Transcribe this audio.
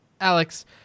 Alex